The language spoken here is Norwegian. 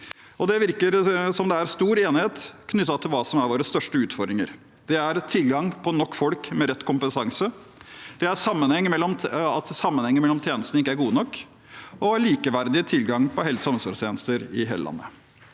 Det virker som om det er stor enighet knyttet til hva som er våre største utfordringer, og det er tilgang på nok folk med rett kompetanse, at sammenhengen mellom tjenestene ikke er god nok, og likeverdig tilgang på helse- og omsorgstjenester i hele landet.